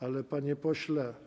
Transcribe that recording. Ale, panie pośle.